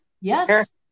Yes